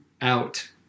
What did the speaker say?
out